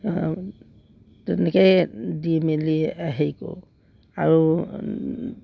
তেনেকেই দি মেলি হেৰি কৰোঁ আৰু